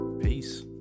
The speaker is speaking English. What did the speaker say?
Peace